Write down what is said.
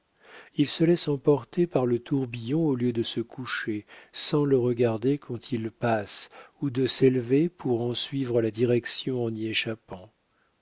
il se laisse emporter par le tourbillon au lieu de se coucher sans le regarder quand il passe ou de s'élever pour en suivre la direction en y échappant